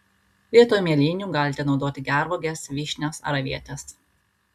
vietoj mėlynių galite naudoti gervuoges vyšnias ar avietes